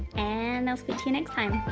and i'll speak to you next time